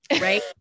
Right